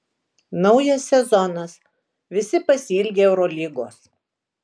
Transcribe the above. naujas sezonas visi pasiilgę eurolygos